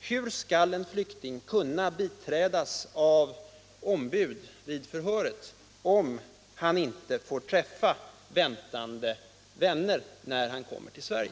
hur skall en flykting kunna biträdas av ombud vid förhöret om han inte får träffa väntande vänner när han kommer till Sverige?